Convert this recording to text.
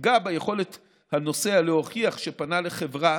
תפגע ביכולת הנוסע להוכיח שפנה לחברה,